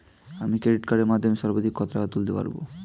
আমি ক্রেডিট কার্ডের মাধ্যমে সর্বাধিক কত টাকা তুলতে পারব?